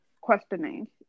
questioning